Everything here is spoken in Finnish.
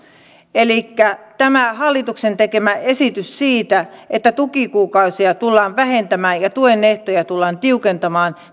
elikkä tämä hallituksen tekemä esitys siitä että tukikuukausia tullaan vähentämään ja ja tuen ehtoja tullaan tiukentamaan